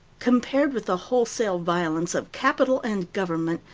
compared with the wholesale violence of capital and government,